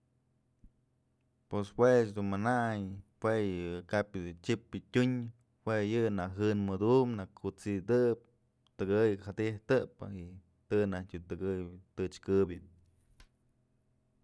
Pues juech dun manayn jue yë kap yëdun chyëpë tyun jue yë na jën mëdum nä kut'sidëb tëkë jadyjtëpë y të najk tëkëy tëchkëbyë.